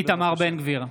(קורא בשמות חברי הכנסת) איתמר בן גביר,